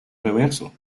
reverso